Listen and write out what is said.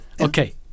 Okay